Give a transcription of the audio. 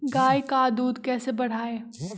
गाय का दूध कैसे बढ़ाये?